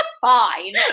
fine